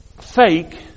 fake